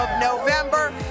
November